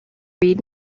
read